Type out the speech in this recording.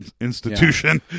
institution